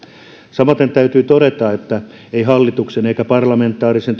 samoiten täytyy todeta että hallituksen ja parlamentaarisen